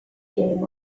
game